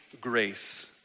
grace